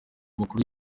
amakuru